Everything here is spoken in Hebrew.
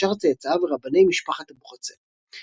ושאר צאצאיו רבני משפחת אבוחצירא.